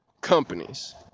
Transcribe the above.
companies